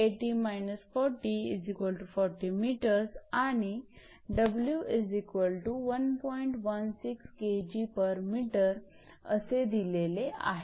16 𝐾𝑔𝑚 असे दिलेले आहे